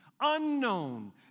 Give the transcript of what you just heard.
unknown